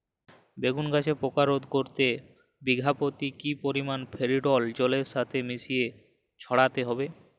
বেগুন গাছে পোকা রোধ করতে বিঘা পতি কি পরিমাণে ফেরিডোল জলের সাথে মিশিয়ে ছড়াতে হবে?